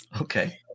Okay